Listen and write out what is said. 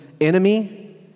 enemy